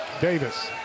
Davis